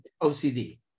OCD